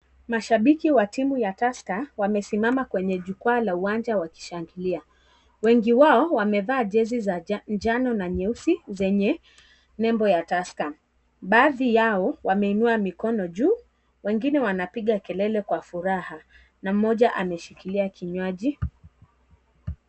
Mashabiki wa timu ya Tusker wamesimama kwenye jukwaa Ka uwanja wakishangilia . Wengi wako wamevaa jezi za njano na nyeusi zenye nembo ya Tusker . Baadhi yao wameinua mikono juu wengine wanapiga kelele Kwa furaha na mmoja ameshikilia kinywaji.